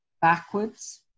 backwards